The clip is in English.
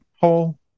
hole